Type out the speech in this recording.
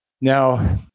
Now